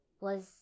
Was-